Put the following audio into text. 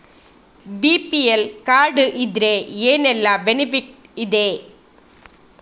BPL card ಇದ್ರೆ ಏನೆಲ್ಲ benefit ಇದೆ?